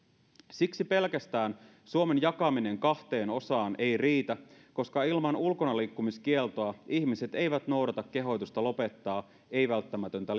siksi pelkästään suomen jakaminen kahteen osaan ei riitä koska ilman ulkonaliikkumiskieltoa ihmiset eivät noudata kehotusta lopettaa ei välttämätöntä